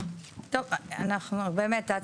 אני פותח את ישיבת ועדת הפנים והגנת הסביבה של הכנסת.